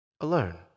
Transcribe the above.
alone